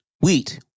Wheat